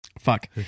fuck